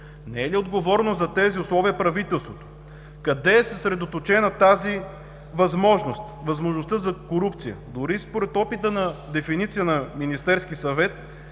Не е ли отговорно за тези условия правителството? Къде е съсредоточена тази възможност – възможността за корупция? Дори според опита за дефиниция на Министерския съвет,